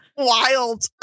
Wild